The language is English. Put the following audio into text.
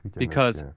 because,